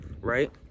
right